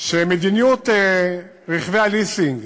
שמדיניות רכבי הליסינג